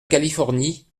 californie